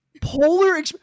polar